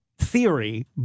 theory